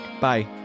bye